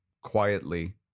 quietly